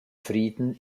frieden